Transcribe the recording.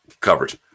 coverage